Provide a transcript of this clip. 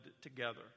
together